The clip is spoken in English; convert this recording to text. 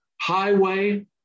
highway